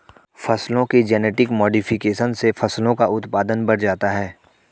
फसलों के genetic modification से फसलों का उत्पादन बढ़ जाता है